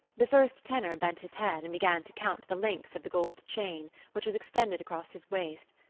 the first tenor bent his head and began to count the links of the gold chain which was extended across his waist,